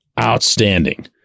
Outstanding